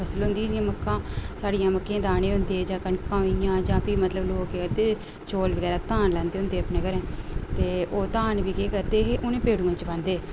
फसल होंदी जियां मक्कां साढ़ियें मक्कें दाने होंदे जां कलकां होईंया जां मतलव लोक केह् करदे चौल बगैरा धान लांदे होंदे अपने घरैं ते ओह् धान बी केह् करदे हे उनें भेडुएं च पांदे हे